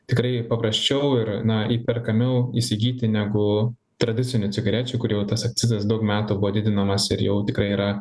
tikrai paprasčiau ir na įperkamiau įsigyti negu tradicinių cigarečių kur jau tas akcizas daug metų buvo didinamas ir jau tikrai yra